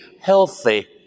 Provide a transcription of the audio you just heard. healthy